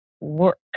work